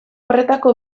horretako